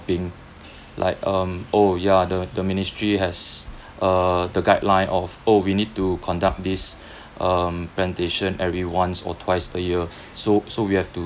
being like um oh yeah the the ministry has uh the guideline of oh we need to conduct this um presentation every once or twice a year so so we have to